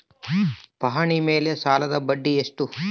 ಪಹಣಿ ಮೇಲೆ ಸಾಲದ ಬಡ್ಡಿ ಎಷ್ಟು?